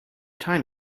time